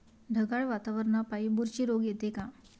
ढगाळ वातावरनापाई बुरशी रोग येते का?